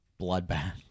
bloodbath